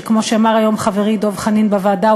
שכמו שאמר היום חברי דב חנין בוועדה,